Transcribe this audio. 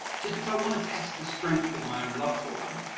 just because i want to test the strength of my own love for them.